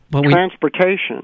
transportation